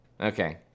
okay